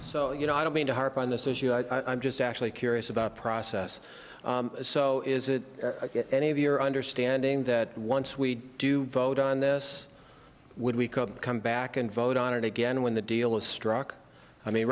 so you know i don't mean to harp on this issue i just actually curious about process so is it any of your understanding that once we do vote on this would we could come back and vote on it again when the deal is struck